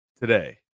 today